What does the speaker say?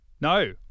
No